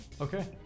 Okay